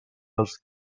els